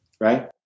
right